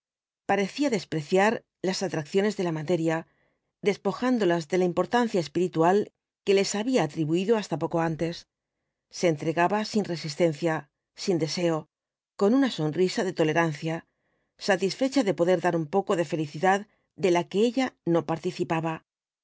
parecía despreciar las atracciones de la materia despojándolas de la importancia espiritual que les había atribuido hasta poco antes se entregaba sin resistencia sin deseo con una sonrisa de tolerancia satisfecha de poder dar un poco de felicidad de la que ella no participaba